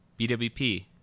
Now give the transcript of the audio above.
BWP